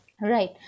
Right